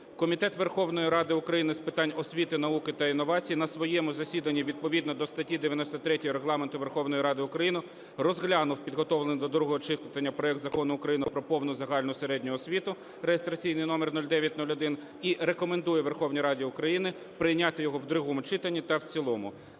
Комітет Верховної Ради України з питань освіти, науки та інновацій на своєму засіданні відповідно до статті 93 Регламенту Верховної Ради України розглянув підготовлений до другого читання проект Закону України про повну загальну середню освіту (реєстраційний номер 0901) і рекомендує Верховній Раді України прийняти його в другому читанні та в цілому.